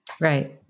Right